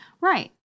Right